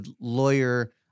lawyer